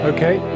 Okay